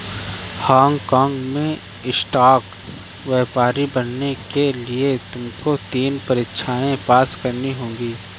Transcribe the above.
Hong काँग में stock व्यापारी बनने के लिए तुमको तीन परीक्षाएं पास करनी होंगी